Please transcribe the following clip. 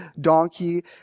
donkey